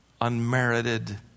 unmerited